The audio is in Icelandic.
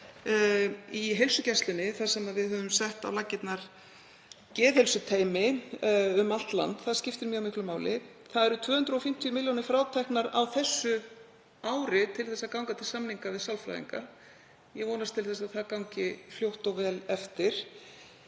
í heilsugæslunni þar sem við höfum sett á laggirnar geðheilsuteymi um allt land. Það skiptir mjög miklu máli. Það eru 250 milljónir fráteknar á þessu ári til þess að ganga til samninga við sálfræðinga. Ég vonast til þess að það gangi fljótt og vel eftir.